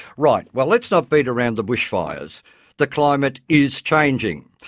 right, well let's not beat around the bushfires the climate is changing.